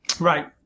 Right